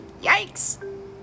Yikes